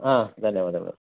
ಹಾಂ ಧನ್ಯವಾದಗಳು